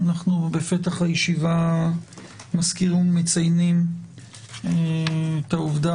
אנחנו בפתח הישיבה מזכירים ומציינים את העובדה